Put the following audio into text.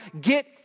get